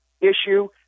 issue